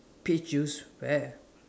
peach juice where